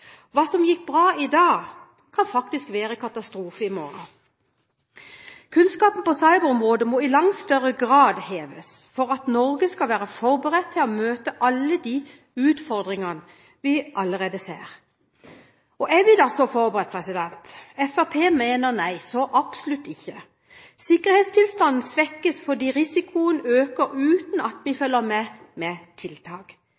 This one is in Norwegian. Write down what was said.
som gikk bra i dag, kan faktisk være en katastrofe i morgen. Kunnskapen på cyberområdet må i langt større grad heves for at Norge skal være forberedt på å møte alle utfordringene vi allerede ser. Er vi så forberedt? Fremskrittspartiet mener nei – absolutt ikke. Sikkerhetstilstanden svekkes fordi risikoen øker, uten at vi